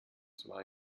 zwar